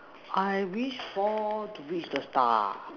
I wish so to reach the star